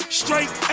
straight